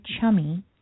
chummy